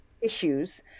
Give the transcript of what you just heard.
issues